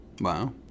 Wow